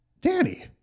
Danny